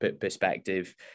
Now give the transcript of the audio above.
perspective